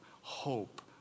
hope